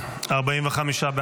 39 לא נתקבלה.